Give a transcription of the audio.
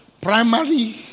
primary